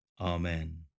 Amen